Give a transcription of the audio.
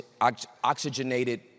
oxygenated